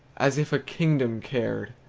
as if a kingdom cared!